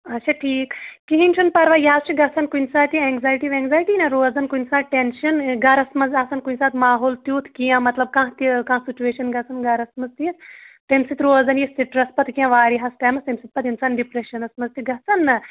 اچھا ٹھیٖک کِہیٖنٛۍ چھُنہٕ پَرواے یہِ حظ چھُ گژھان کُنہِ ساتہٕ یہِ اینٛزایٹی ویٚنٛزایٹی نا روزان کُنہِ ساتہٕ ٹیٚنشَن گَرَس منٛز آسان کُنہِ ساتہٕ ماحول تیُتھ کیٚنٛہہ مطلب کانٛہہ تہِ کانٛہہ سُچویشَن گژھان گَرَس منٛز تِژھ تَمہِ سۭتۍ روزان یہِ سٕٹرٛس پَتہٕ کیٚنٛہہ واریاہَس ٹایمَس ییٚمہِ سۭتۍ پَتہٕ اِنسان ڈِپرٛیٚشَنَس منٛز چھِ گژھان نا